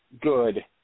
good